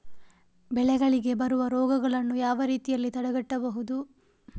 ಬೆಳೆಗಳಿಗೆ ಬರುವ ರೋಗಗಳನ್ನು ಯಾವ ರೀತಿಯಲ್ಲಿ ತಡೆಗಟ್ಟಬಹುದು?